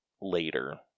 later